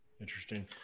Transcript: Interesting